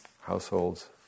households